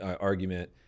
argument